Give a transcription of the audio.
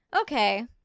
Okay